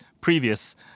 previous